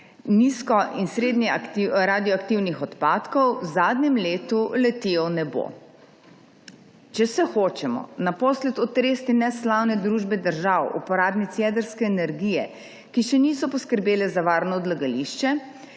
nizko- in srednjeradioaktivnih odpadkov v zadnjem letu letijo v nebo. Če se hočemo naposled otresti neslavne družbe držav, uporabnic jedrske energije, ki še niso poskrbele za varno odlagališče,